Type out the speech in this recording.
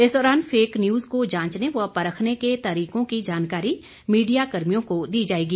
इस दौरान fake news को जांचने व परखने के तरीकों की जानकारी मीडिया कर्मियों को दी जाएगी